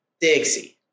Dixie